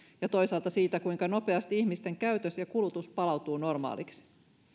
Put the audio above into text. ja toisaalta siitä kuinka nopeasti ihmisten käytös ja kulutus palautuvat normaaliksi